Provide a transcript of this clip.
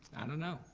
i don't know.